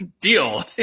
deal